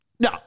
No